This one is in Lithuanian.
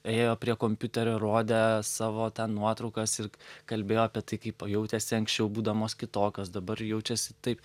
ėjo prie kompiuterio rodė savo ten nuotraukas ir kalbėjo apie tai kaip jautėsi anksčiau būdamos kitokios dabar jaučiasi taip